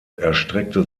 erstreckte